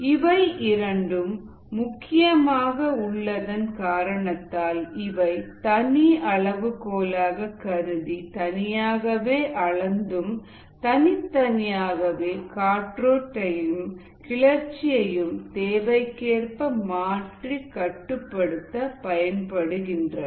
இவை இரண்டும் முக்கியமாக உள்ளதன் காரணத்தால் இவை தனி அளவுகோலாக கருதி தனியாகவே அளந்தும் தனித்தனியாகவே காற்றோட்டத்தையும் கிளர்ச்சியையும் தேவைக்கேற்ப மாற்றி கட்டுப்படுத்த படுகின்றன